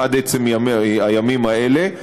עד עצם הימים האלה.